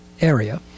area